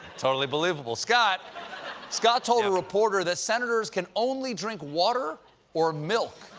totally believable. scott scott told a reporter that senators can only drink water or milk